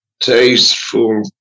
tasteful